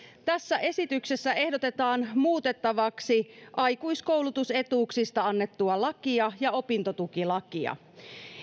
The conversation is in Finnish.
tässä esityksessä ehdotetaan muutettavaksi aikuiskoulutusetuuksista annettua lakia ja opintotukilakia